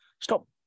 stop